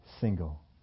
single